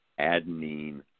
adenine